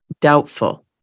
doubtful